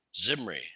Zimri